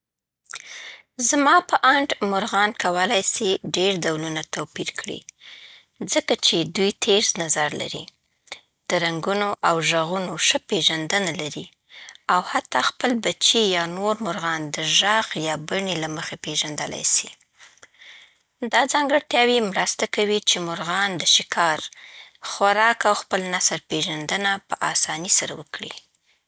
زما په اند مرغان کولی سی ډېر ډولونه توپیر کړي، ځکه چې دوی تیز نظر لري، د رنګونو او ږغونو ښه پېژندنه لري، او حتی خپل بچي یا نور مرغان د ږغ یا بڼې له مخې پېژندلای سي. دا ځانګړتیاوې مرسته کوي چې مرغان د ښکار، خوراک او خپل نسل پېژندنه په اسانۍ سره وکړي.